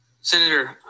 Senator